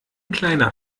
kleiner